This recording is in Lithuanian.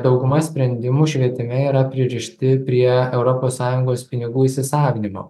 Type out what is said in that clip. dauguma sprendimų švietime yra pririšti prie europos sąjungos pinigų įsisavinimo